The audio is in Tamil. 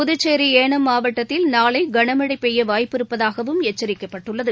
புதுச்சேரிஏனம் மாவட்டத்தில் நாளைகனமழைபெய்யவாய்ப்பிருப்பதாகவும் எச்சரிக்கப்பட்டுள்ளது